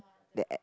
the act